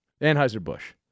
Anheuser-Busch